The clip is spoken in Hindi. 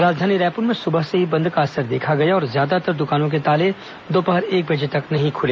राजधानी रायपुर में सुबह से ही बंद का असर देखा गया और ज्यादातर दुकानों के ताले दोपहर एक बजे तक नहीं खुले